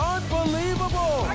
Unbelievable